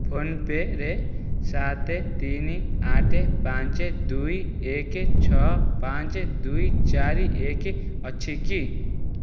phone ପେ'ରେ ସାତ ତିନି ଆଠ ପାଞ୍ଚ ଦୁଇ ଏକ ଛଅ ପାଞ୍ଚ ଦୁଇ ଚାରି ଏକ ଅଛି କି